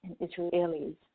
Israelis